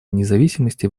независимости